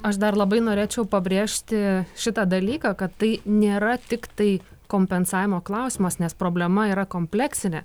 aš dar labai norėčiau pabrėžti šitą dalyką kad tai nėra tiktai kompensavimo klausimas nes problema yra kompleksinė